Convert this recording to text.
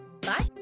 Bye